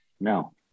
No